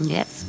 Yes